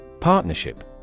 Partnership